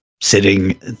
sitting